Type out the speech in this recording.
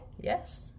yes